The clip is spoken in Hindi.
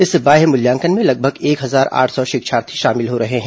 इस बाह्य मूल्यांकन में लगभग एक हजार आठ सौ शिक्षार्थी शामिल हो रहे हैं